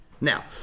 Now